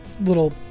little